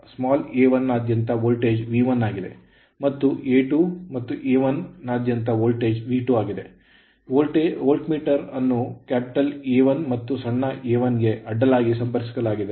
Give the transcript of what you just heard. a2 ಮತ್ತು a1 ನಾದ್ಯಂತ voltage V1 ಆಗಿದೆ ಮತ್ತು A2 ಮತ್ತು A1 ನಾದ್ಯಂತ ವೋಲ್ಟೇಜ್ V2 ಆಗಿದೆ ವೋಲ್ಟ್ ಮೀಟರ್ ಅನ್ನು ಕ್ಯಾಪಿಟಲ್ A1 ಮತ್ತು ಸಣ್ಣ a 1ಗೆ ಅಡ್ಡಲಾಗಿ ಸಂಪರ್ಕಿಸಲಾಗಿದೆ